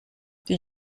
did